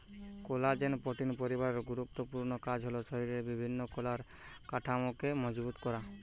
collagen protein পরিবারের গুরুত্বপূর্ণ কাজ হল শরিরের বিভিন্ন কলার কাঠামোকে মজবুত করা